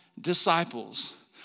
disciples